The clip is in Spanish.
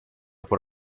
por